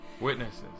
Witnesses